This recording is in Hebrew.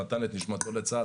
נתן את נשמתו לצה"ל,